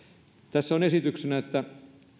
tässä on esityksenä että